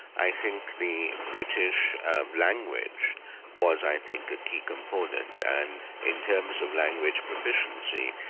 i think the british language was i think a key component and in terms of language proficiency,